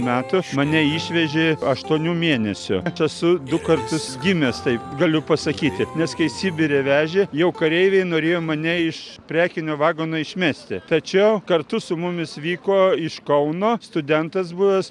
metų mane išvežė aštuonių mėnesių aš esu du kartus gimęs taip galiu pasakyti nes kai sibire vežė jau kareiviai norėjo mane iš prekinio vagono išmesti tačiau kartu su mumis vyko iš kauno studentas buvęs